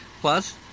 Plus